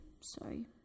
Sorry